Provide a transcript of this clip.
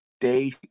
day